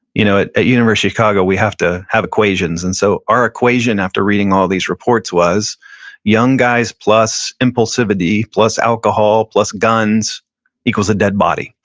you know at at university of chicago we have to have equations, and so our equation after reading all these reports was young guys plus impulsivity plus alcohol plus guns equals a dead body.